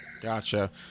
gotcha